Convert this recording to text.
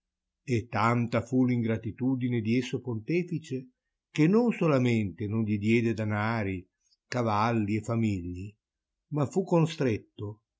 e tanta fu l'ingratitudine di esso pontefice che non solamente non gli diede danari cavalli e famigli ma fu constretto